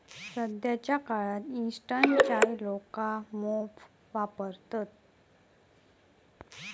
सध्याच्या काळात इंस्टंट चाय लोका मोप वापरतत